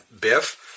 Biff